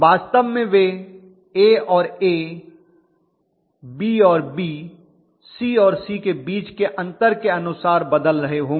वास्तव में वे ए और ए बी और बी सी और सी के बीच के अंतर के अनुसार बदल रहे होंगे